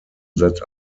that